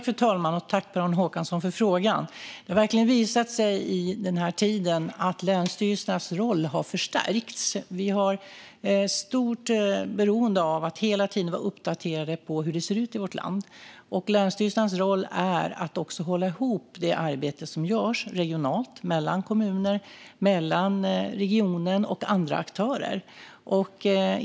Fru talman! Tack, Per-Arne Håkansson, för frågan! Det har verkligen visat sig under den här tiden att länsstyrelsernas roll har förstärkts. Vi har ett stort beroende av att hela tiden vara uppdaterade om hur det ser ut i vårt land. Länsstyrelsernas roll är också att hålla ihop det arbete som görs regionalt mellan kommunerna och mellan regionen och andra aktörer.